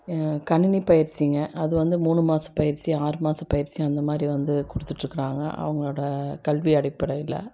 கணினி பயிற்சிங்க அது வந்து மூணு மாத பயிற்சி ஆறு மாத பயிற்சி அந்த மாதிரி வந்து கொடுத்துட்ருக்குறாங்க அவர்களோட கல்வி அடிப்படையில்